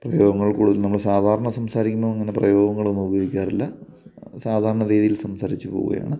പ്രയോഗങ്ങൾ കൂടുതലും നമ്മൾ സാധാരണ സംസാരിക്കുമ്പോൾ അങ്ങനെ പ്രയോഗങ്ങളൊന്നും ഉപയോഗിക്കാറില്ല സാധാരണ രീതിയിൽ സംസാരിച്ച് പോവുകയാണ്